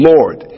Lord